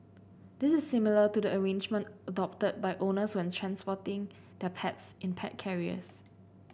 this is similar to the arrangement adopted by owners when transporting their pets in pet carriers